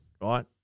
right